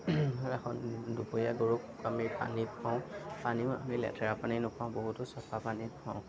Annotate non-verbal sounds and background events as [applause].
[unintelligible] দুপৰীয়া গৰুক আমি পানী খুৱাওঁ পানীও আমি লেতেৰা পানী নুখুৱাওঁ বহুতো চফা পানী খুৱাওঁ